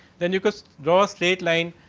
then you goes draw straight line,